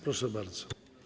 Proszę bardzo.